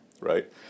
right